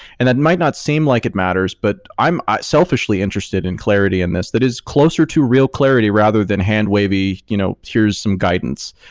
and that might not seem like it matters, but i'm selfishly interested in clarity in this that is closer to real clarity, rather than hand wavy, you know here's some guidance,